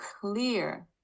clear